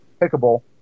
pickable